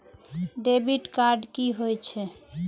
Debit card की होय छे?